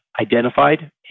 identified